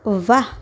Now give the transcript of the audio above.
વાહહ